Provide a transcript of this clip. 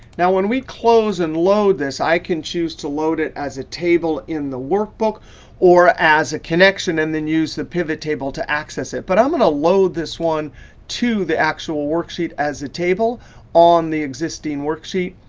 now when we close and load this, i can choose to load it as a table in the workbook or as a connection and then use the pivot table to access it. but i'm going to ah load this one to the actual worksheet as a table on the existing worksheet.